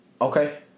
Okay